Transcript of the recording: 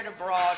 abroad